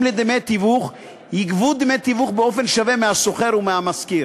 לדמי תיווך יגבו דמי תיווך באופן שווה מהשוכר ומהמשכיר,